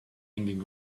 hanging